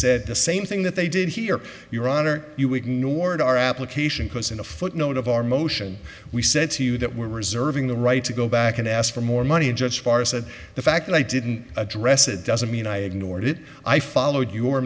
said the same thing that they did here your honor you ignored our application because in a footnote of our motion we said to you that we're reserving the right to go back and ask for more money and just far said the fact that i didn't address it doesn't mean i ignored it i followed your